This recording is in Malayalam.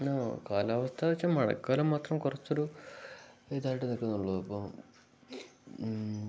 കാലാവസ്ഥാ വെച്ചാ മഴക്കാലം മാത്രം കൊറച്ചൊരു ഇതായിട്ട് നിക്കുന്നുള്ളൂ ഇപ്പം